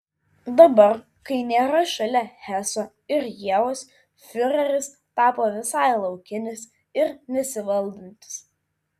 dabar kai nėra šalia heso ir ievos fiureris tapo visai laukinis ir nesivaldantis